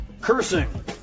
Cursing